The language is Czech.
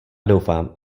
doufám